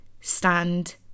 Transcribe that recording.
stand